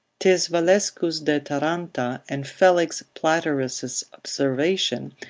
tis valescus de taranta, and felix platerus' observation,